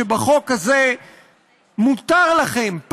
שבחוק הזה מותר לכם,